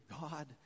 God